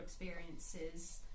experiences